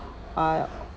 ah